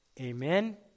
Amen